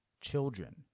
children